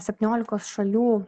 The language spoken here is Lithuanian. septyniolikos šalių